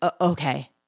okay